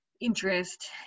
interest